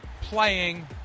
playing